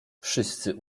wszyscy